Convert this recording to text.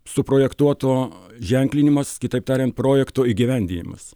suprojektuoto ženklinimas kitaip tariant projekto įgyvendinimas